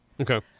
Okay